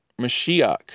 Mashiach